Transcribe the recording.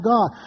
God